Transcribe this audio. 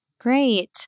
Great